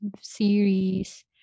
series